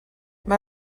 mae